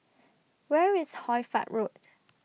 Where IS Hoy Fatt Road